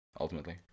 ultimately